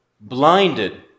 blinded